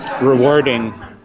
rewarding